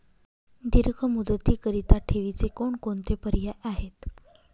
दीर्घ मुदतीकरीता ठेवीचे कोणकोणते पर्याय आहेत?